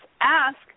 ask